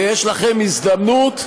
ויש לכם הזדמנות,